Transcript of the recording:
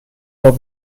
while